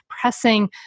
pressing